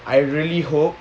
I really hope